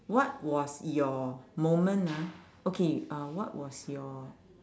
what was your moment ah okay uh what was your